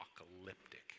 apocalyptic